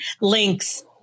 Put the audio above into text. links